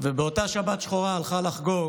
ובאותה שבת שחורה הלכה לחגוג